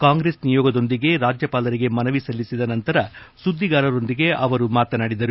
ಕಾಂಗ್ರೆಸ್ ನಿಯೋಗದೊಂದಿಗೆ ರಾಜ್ಯಪಾಲರಿಗೆ ಮನವಿ ಸಲ್ಲಿಸಿದ ನಂತರ ಸುದ್ದಿಗಾರರೊಂದಿಗೆ ಅವರು ಮಾತನಾಡಿದರು